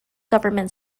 government